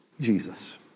Jesus